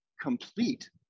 complete